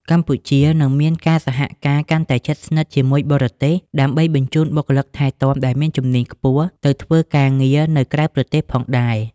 កម្ពុជានឹងមានការសហការកាន់តែជិតស្និទ្ធជាមួយបរទេស ដើម្បីបញ្ជូនបុគ្គលិកថែទាំដែលមានជំនាញខ្ពស់ទៅធ្វើការងារនៅក្រៅប្រទេសផងដែរ។